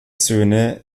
söhne